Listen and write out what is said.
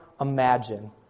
imagine